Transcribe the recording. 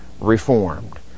reformed